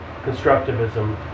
constructivism